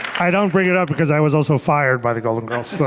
i don't bring it up, because i was also fired by the golden girls. so